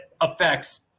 affects